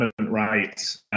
rights